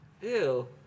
Ew